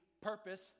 purpose